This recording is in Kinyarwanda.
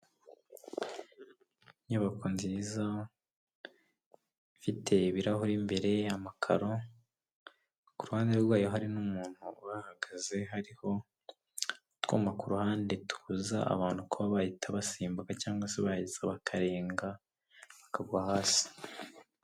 Inyubako nziza, ifite ibirahure imbere, amakaro, ku ruhande rwayo hari n'umuntu uhahagaze, hariho utwuma ku ruhande tubuza abantu kuba bahita basimbuka cyangwa se baza bakarenga, bakagwa hasi.